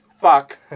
fuck